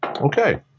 Okay